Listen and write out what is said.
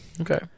Okay